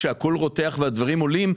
כשהכול רותח והדברים עולים,